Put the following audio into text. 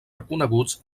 reconeguts